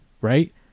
Right